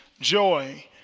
joy